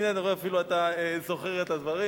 הנה, אני רואה, אפילו אתה זוכר את הדברים.